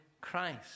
christ